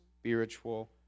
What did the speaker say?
spiritual